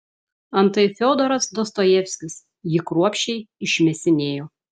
antai fiodoras dostojevskis jį kruopščiai išmėsinėjo